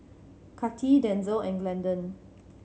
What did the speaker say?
Kati Denzel and Glendon